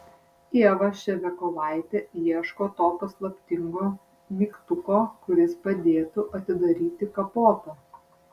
ieva ševiakovaitė ieško to paslaptingo mygtuko kuris padėtų atidaryti kapotą